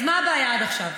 אז מה הבעיה עד עכשיו?